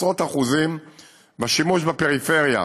עשרות אחוזים בשימוש בפריפריה,